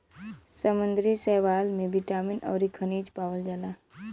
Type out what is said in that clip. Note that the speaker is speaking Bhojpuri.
समुंदरी शैवाल में बिटामिन अउरी खनिज पावल जाला